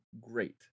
great